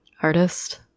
Artist